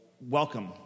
welcome